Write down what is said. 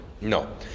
No